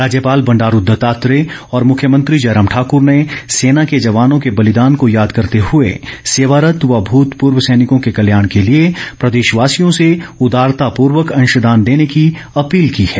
राज्यपाल बंडारू दत्तात्रेय और मुख्यमंत्री जयराम ठाक्र ने सेना के जवानों के बलिदान को याद करते हुए सेवारत व भूतपूर्व सैनिकों के कल्याण ै के लिए प्रदेशवासियों से उदारतापूर्वक अंशदान देने की अपील की है